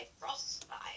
frostbite